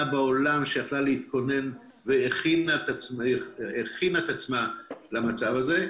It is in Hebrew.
שיכלה להתכונן או הכינה את עצמה למצב הזה.